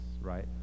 right